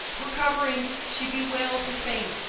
recovering, she bewailed her fate,